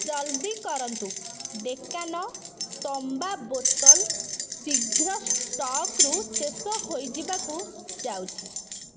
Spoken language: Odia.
ଜଲ୍ଦି କରନ୍ତୁ ଡେକାନ୍ ତମ୍ବା ବୋତଲ ଶୀଘ୍ର ଷ୍ଟକ୍ରୁ ଶେଷ ହୋଇଯିବାକୁ ଯାଉଛି